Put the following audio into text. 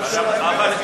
חברים,